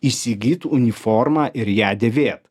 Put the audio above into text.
įsigyt uniformą ir ją dėvėt